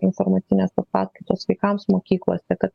informacinės paskaitos vaikams mokyklose kad